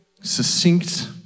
succinct